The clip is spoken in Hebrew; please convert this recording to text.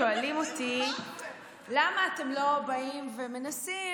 שאולים אותי: למה אתם לא באים ומנסים